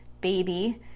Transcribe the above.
baby